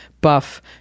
buff